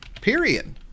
Period